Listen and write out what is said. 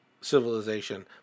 civilization